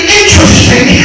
interesting